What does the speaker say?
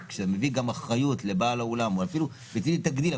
וכשאתה מעביר גם אחריות לבעל האולם או אפילו מצידי תגדיל,